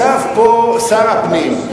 ישב פה שר הפנים,